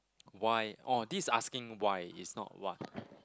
why oh this is asking why is not what